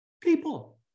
people